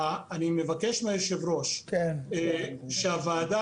אני מבקש מהיושב-ראש שהוועדה,